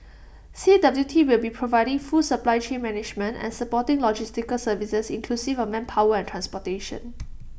C W T will be providing full supply chain management and supporting logistical services inclusive of manpower and transportation